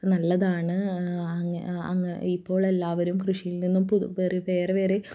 നല്ലതാണ് ഇപ്പോൾ എല്ലാവരും കൃഷിയിൽ നിന്നും വേറെ വേറെ